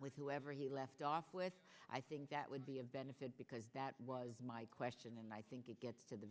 with whoever you left off with i think that would be a benefit because that was my question and i think it gets to the